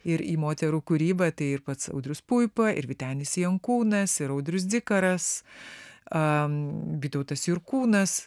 ir į moterų kūrybą tai ir pats audrius puipa ir vytenis jankūnas ir audrius dzikaras vytautas jurkūnas